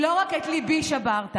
לא רק את ליבי שברת,